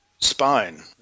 spine